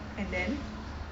and then